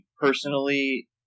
personally